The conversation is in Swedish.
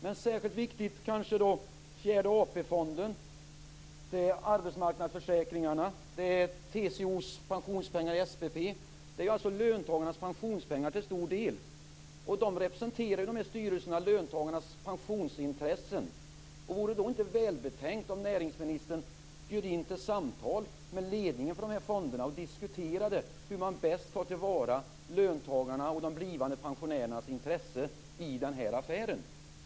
Men särskilt viktiga är fjärde AP-fonden, arbetsmarknadsförsäkringarna och TCO:s pensionspengar i SPP. Det handlar alltså om löntagarnas pensionspengar till stor del. Dessa styrelser representerar ju löntagarnas pensionsintressen. Vore det då inte välbetänkt om näringsministern bjöd in till samtal med ledningen för de här fonderna och diskuterade hur man bäst tar till vara löntagarnas och de blivande pensionärernas intresse i den här affären?